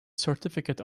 certificate